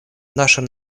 нашем